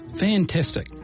fantastic